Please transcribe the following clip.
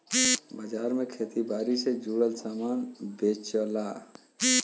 बाजार में खेती बारी से जुड़ल सामान बेचला